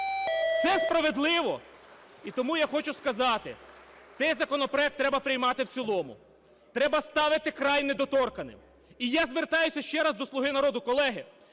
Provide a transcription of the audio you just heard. Це справедливо? І тому я хочу сказати, цей законопроект треба приймати в цілому, треба ставити край недоторканним. І я звертаюся ще раз до "Слуги народу". Колеги,